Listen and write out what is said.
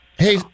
Hey